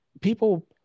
people